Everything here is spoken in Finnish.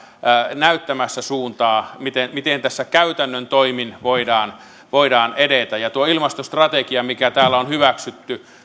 näyttämässä suuntaa miten miten tässä käytännön toimin voidaan voidaan edetä ja tuo ilmastostrategia mikä täällä on hyväksytty